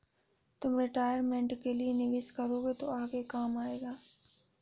तुम रिटायरमेंट के लिए निवेश करोगे तो आगे काम आएगा